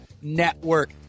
Network